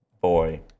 boy